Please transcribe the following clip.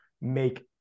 make